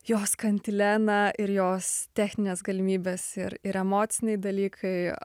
jos kantilena ir jos techninės galimybes ir ir emociniai dalykai